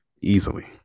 Easily